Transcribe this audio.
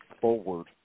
forward